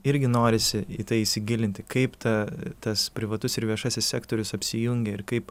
irgi norisi į tai įsigilinti kaip ta tas privatus ir viešasis sektorius apsijungia ir kaip